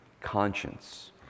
Conscience